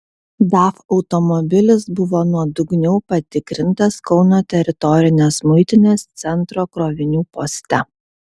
daf automobilis buvo nuodugniau patikrintas kauno teritorinės muitinės centro krovinių poste